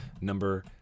Number